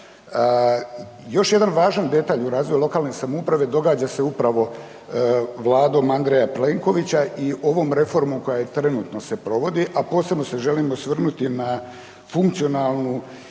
Još jedan važan detalj u razvoju lokalne samouprave događa se upravo vladom Andreja Plenkovića i ovom reformom koja trenutno se provodi, a posebno se želim osvrnuti na funkcionalnu